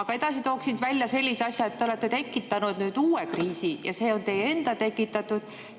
Aga edasi tooksin välja sellise asja, et te olete tekitanud uue kriisi – see on teie enda tekitatud.